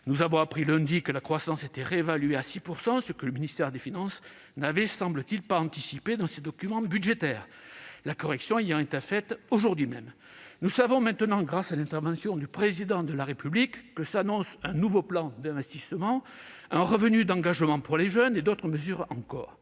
nous avons appris lundi dernier que la croissance était réévaluée à 6 %, ce que le ministère des finances n'avait semble-t-il pas anticipé dans ses documents budgétaires, la correction ayant été faite aujourd'hui même. Nous savons maintenant, grâce à la dernière allocution du chef de l'État, que s'annoncent un nouveau plan d'investissement, un revenu d'engagement pour les jeunes et d'autres mesures encore